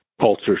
culture